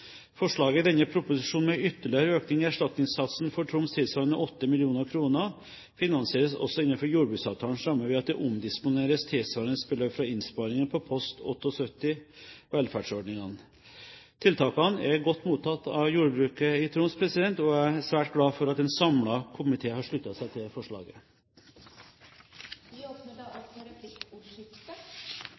Forslaget i denne proposisjonen om en ytterligere økning i erstatningssatsen for Troms tilsvarende 8 mill. kr finansieres også innenfor jordbruksavtalens rammer ved at det omdisponeres tilsvarende beløp fra innsparinger på post 78, Velferdsordninger. Tiltakene er godt mottatt av jordbruket i Troms spesielt, og jeg er svært glad for at en samlet komité har sluttet seg til forslaget. Det blir replikkordskifte. Da